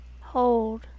hold